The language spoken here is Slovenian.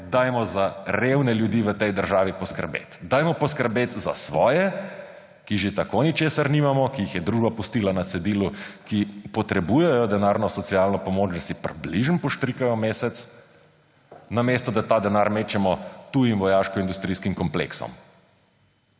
dajmo za revne ljudi v tej državi poskrbeti. Dajmo poskrbeti za svoje, ki že tako ničesar nimajo, ki jih je družba pustila na cedilu, ki potrebujejo denarno socialno pomoč, da si približno poštrikajo mesec, namesto da ta denar mečemo tujim vojaškoindustrijskim kompleksom.